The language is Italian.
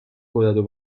corrado